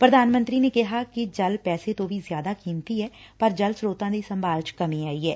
ਪ੍ਰਧਾਨ ਮੰਤਰੀ ਨੇ ਕਿਹਾ ਕਿ ਜਲ ਪੈਸੇ ਤੋ ਵੀ ਜ਼ਿਆਦਾ ਕੀਮਤੀ ਐ ਪਰ ਜਲ ਸਰੋਤਾ ਦੀ ਸੰਭਾਲ ਚ ਕਮੀ ਆਈ ਐ